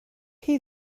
chi